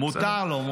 מותר לו.